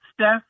Steph